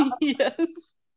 Yes